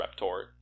Reptor